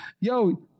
Yo